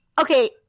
okay